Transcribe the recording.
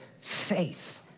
faith